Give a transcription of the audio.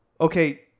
okay